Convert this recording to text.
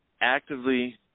actively